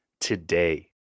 today